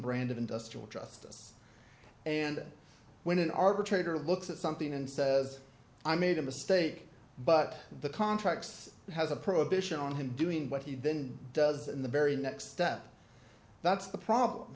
brand of industrial justice and when an arbitrator looks at something and says i made a mistake but the contracts has a prohibition on him doing what he then does in the very next step that's the problem